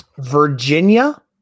Virginia